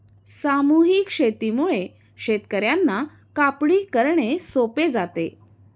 सामूहिक शेतीमुळे शेतकर्यांना कापणी करणे सोपे जाते